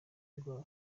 indwara